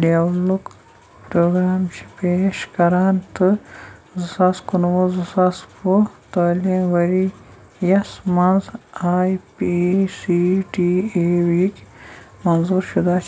لیولُک programme چھِ پیش کران تہٕ زٕ ساس کُنوُہ زٕ ساس وُہ تٲلیٖم ؤری یَس مَنٛز I P C T E وِکۍ منظوٗر شُدہ چھِ